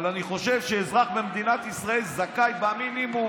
אבל אני חושב שאזרח במדינת ישראל זכאי במינימום